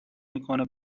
میکنه